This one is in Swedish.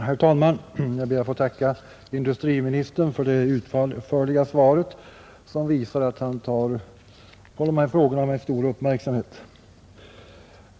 Herr talman! Jag ber att få tacka industriministern för det utförliga svaret, som visar att han följer de här frågorna med stor uppmärksamhet.